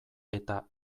eta